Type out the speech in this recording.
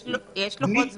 בל קשר --- יש לוחות זמנים?